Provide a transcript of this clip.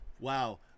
wow